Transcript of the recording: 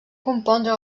compondre